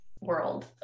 world